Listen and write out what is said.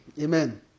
Amen